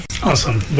Awesome